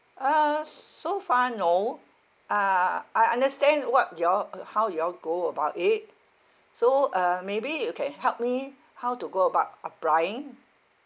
uh s~ so far no uh I understand what you all uh how you all go about it so uh maybe you can help me how to go about applying